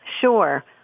Sure